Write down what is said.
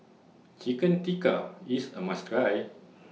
Chicken Tikka IS A must Try